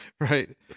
right